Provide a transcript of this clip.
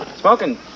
smoking